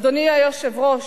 אדוני היושב-ראש,